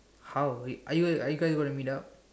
how wait are you are you guys gonna meet up